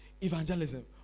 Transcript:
evangelism